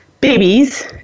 babies